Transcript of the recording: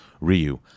Ryu